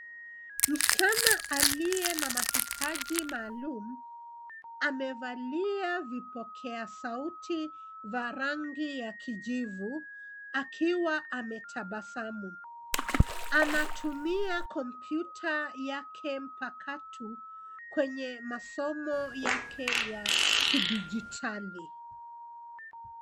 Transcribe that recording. Msichana aliye na mahitaji maalum, amevalia vipokeasauti vya rangi ya kijivu akiwa ametabasamu. Anatumia kompyuta yake mpakato kwenye masomo yake ya kidijitali.